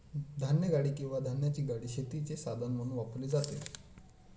धान्यगाडी किंवा धान्याची गाडी शेतीचे साधन म्हणून वापरली जाते